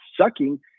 sucking